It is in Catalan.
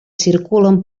circulen